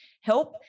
help